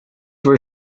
were